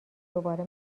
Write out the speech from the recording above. دوباره